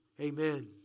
amen